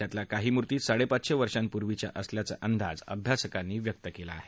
त्यातल्या काही मूर्ती साडेपाचशे वर्षापूर्वीच्या असल्याचा अंदाजअभ्यासकांनी व्यक्त केला आहे